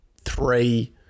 three